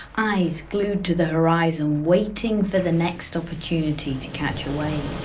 eyes glued to the horizon, waiting for the next opportunity to catch a wave.